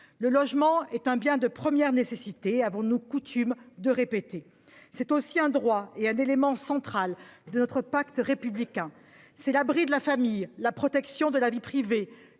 Le logement est un bien de première nécessité, avons-nous coutume de répéter. C'est aussi un droit et un élément central de notre pacte républicain. C'est l'abri de la famille, la protection de la vie privée,